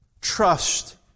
Trust